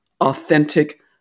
authentic